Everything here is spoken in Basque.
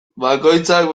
bakoitzak